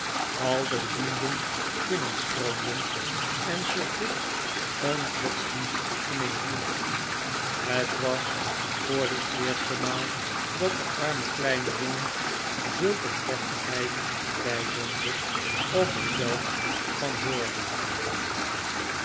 al de bedienden binnenstroomden en sir pitt een godsdienstoefening hield het was voor de eerste maal dat de arme kleine jongen zulk een plechtigheid bijwoonde of er zelfs van hoorde